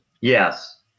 Yes